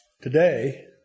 today